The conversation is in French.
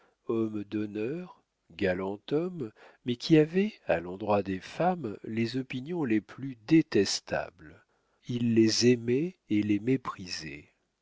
homme d'honneur galant homme mais qui avait à l'endroit des femmes les opinions les plus détestables il les aimait et les méprisait